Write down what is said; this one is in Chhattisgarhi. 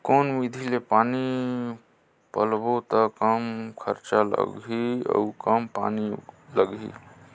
कौन विधि ले पानी पलोबो त कम खरचा लगही अउ कम पानी लगही?